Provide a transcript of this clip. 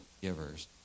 givers